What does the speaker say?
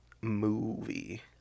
movie